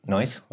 Noise